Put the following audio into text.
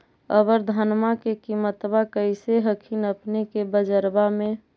अबर धानमा के किमत्बा कैसन हखिन अपने के बजरबा में?